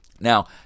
Now